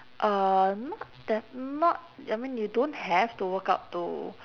uh not that not I mean you don't have to work out to